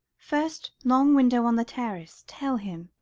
first long window on the terrace, tell him.